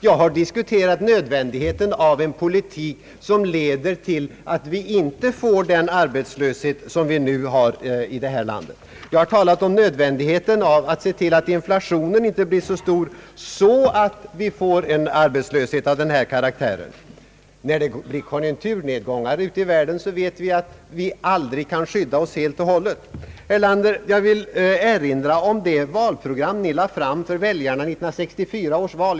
Jag har diskuterat nödvändigheten av en politik som leder till att vi inte får den arbetslöshet som vi nu har här i landet. Jag har talat om nödvändigheten av att se till att inflationen inte blir så stor att vi får en arbetslöshet av denna karaktär. Vi vet att när det blir konjunkturnedgångar ute i världen kan vi aldrig helt och hållet skydda oss. Jag vill, herr Erlander, erinra om det valprogram ni lade fram för väljarna vid 1964 års val.